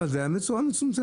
אבל זה היה בצורה מצומצמת.